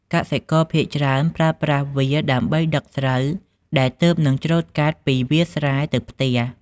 កសិករភាគច្រើនប្រើប្រាស់វាដើម្បីដឹកស្រូវដែលទើបនឹងច្រូតកាត់ពីវាលស្រែទៅផ្ទះ។